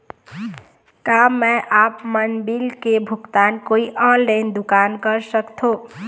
का मैं आपमन बिल के भुगतान कोई ऑनलाइन दुकान कर सकथों?